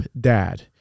Dad